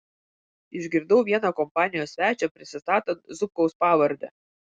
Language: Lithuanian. išgirdau vieną kompanijos svečią prisistatant zubkaus pavarde